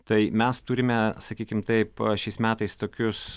tai mes turime sakykim taip šiais metais tokius